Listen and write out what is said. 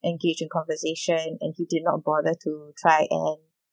engage in conversation and he did not bother to try and